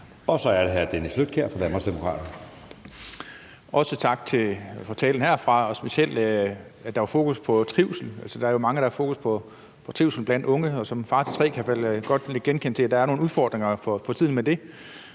Så er det hr. Dennis Flydtkjær fra Danmarksdemokraterne.